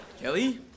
Kelly